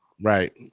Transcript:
Right